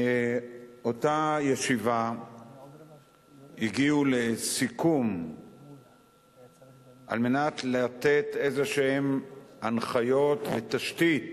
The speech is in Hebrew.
באותה ישיבה הגיעו לסיכום כדי לתת הנחיות כלשהן ותשתית